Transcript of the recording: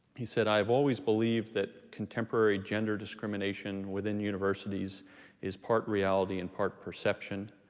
he said, i've always believed that contemporary gender discrimination within universities is part reality and part perception.